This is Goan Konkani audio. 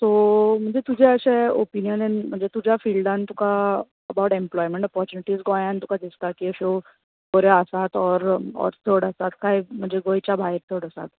सो म्हणजे तुज्या अशें ओपिनयनान म्हणजे तुज्या फिल्डान तुका अबाउट एम्पलोयमेंट ओपोरच्युनिटी गोंयान तुका दिसता की बऱ्यो अश्यो चड आसा कांय गोंयच्या भायर चड आसा